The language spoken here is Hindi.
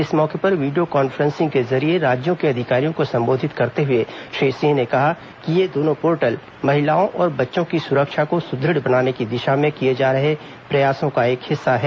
इस मौके पर वीडियो कांफ्रेंस के जरिए राज्यों के अधिकारियों को संबोधित करते हुए श्री सिंह ने कहा कि ये दोनों पोर्टल महिलाओं और बच्चों की सुरक्षा को सुदृढ़ बनाने की दिषा में किये जा रहे प्रयासों का हिस्सा हैं